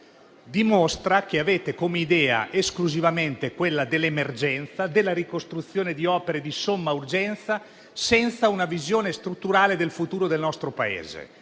dimostra che avete come idea esclusivamente quella dell'emergenza e della ricostruzione di opere di somma urgenza senza una visione strutturale del futuro del nostro Paese